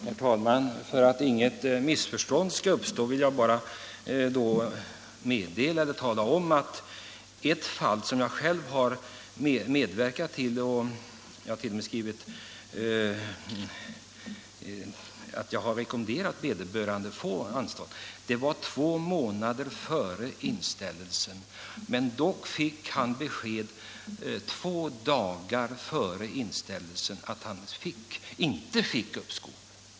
Herr talman! För att inget missförstånd skall uppstå vill jag bara meddela att i ett fall som jag särskilt känner till och där jag själv rekommenderade vederbörande att begära anstånd och tillika intyga riktigheten av hans argument skedde detta två månader före inställelsen. Han fick dock besked två dagar före inställelsen att han inte fick uppskov.